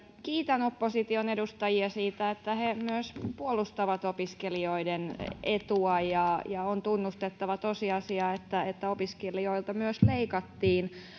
kiitän opposition edustajia siitä että he myös puolustavat opiskelijoiden etua on tunnustettava tosiasia että että opiskelijoilta myös leikattiin